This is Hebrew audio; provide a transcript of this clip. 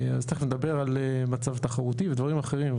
תיכף נדבר על מצב תחרותי ודברים אחרים,